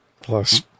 plus